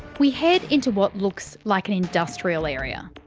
we head into what looks like an industrial area.